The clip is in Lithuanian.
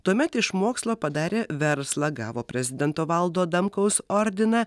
tuomet iš mokslo padarė verslą gavo prezidento valdo adamkaus ordiną